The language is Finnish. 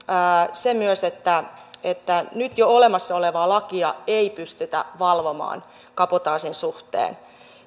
myös se että nyt jo olemassa olevaa lakia ei pystytä valvomaan kabotaasin suhteen